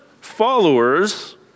followers